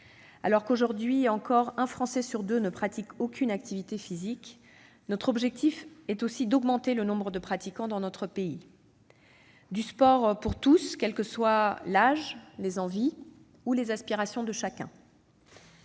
Alors que, aujourd'hui encore, un Français sur deux ne pratique aucune activité physique, notre objectif est aussi d'augmenter le nombre de pratiquants dans notre pays. Du sport pour tous, quel que soit l'âge, les envies ou les aspirations de chacun.